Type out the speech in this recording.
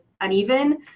uneven